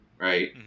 right